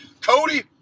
Cody